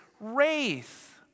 wraith